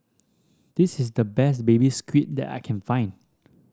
this is the best Baby Squid that I can find